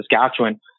Saskatchewan